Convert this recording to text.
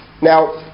Now